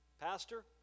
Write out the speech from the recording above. Pastor